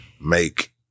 make